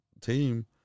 team